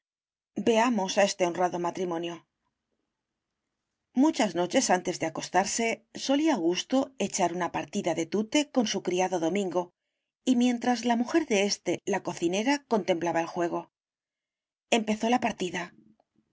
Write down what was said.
veamos a este honrado matrimonio muchas noches antes de acostarse solía augusto echar una partida de tute con su criado domingo y mientras la mujer de éste la cocinera contemplaba el juego empezó la partida